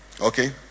Okay